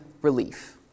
relief